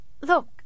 Look